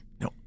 No